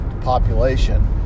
population